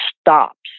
stops